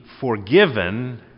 forgiven